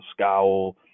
scowl